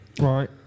Right